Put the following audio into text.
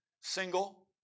single